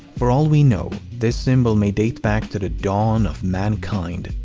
for all we know, this symbol may date back to the dawn of mankind,